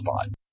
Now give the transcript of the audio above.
spot